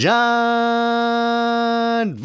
John